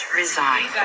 resign